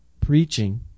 preaching